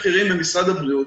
בכירים במשרד הבריאות.